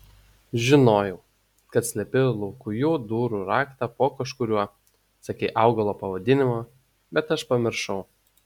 žinojau kad slepi laukujų durų raktą po kažkuriuo sakei augalo pavadinimą bet aš pamiršau